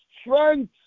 strength